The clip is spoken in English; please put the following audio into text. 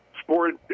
sport